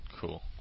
Cool